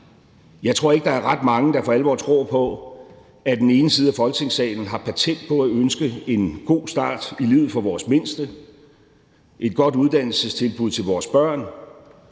Jeg tror ikke, der er ret mange, der for alvor tror på, at den ene side af Folketingssalen har patent på at ønske en god start i livet for vores mindste, et godt uddannelsestilbud til vores børn,